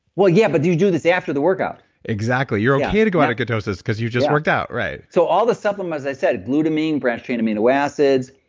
well, yeah, but do you do this after the workout exactly. you're okay to go out of ketosis because you've just worked out, right? so all the supplements i said glutamine, branched chain amino acids,